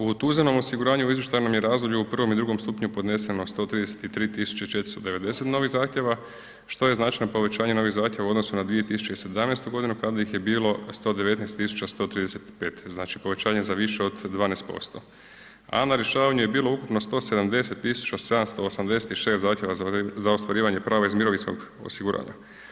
U tuzemnom osiguranju u izvještajnom je razdoblju u prvom i drugom stupnju podneseno 133.490 novih zahtjeva što je značajno povećanje novih zahtjeva u odnosu na 2017. godinu kada ih je bilo 119.135, znači povećanje za više od 12%, a na rješavanju je bilo ukupno 170.786 zahtjeva za ostvarivanje prava iz mirovinskog osiguranja.